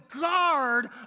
guard